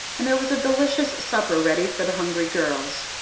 and there was a delicious supper ready for the hungry girls.